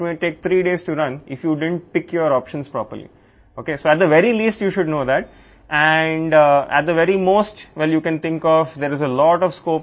మీకు అనుకరణకు 1 రోజు లేదా 2 పట్టవచ్చు మరియు మీరు మీ ఎంపికలను సరిగ్గా ఎంచుకోకపోతే అమలు చేయడానికి 3 రోజులు పట్టవచ్చు